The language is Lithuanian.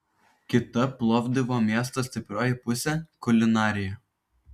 kita plovdivo miesto stiprioji pusė kulinarija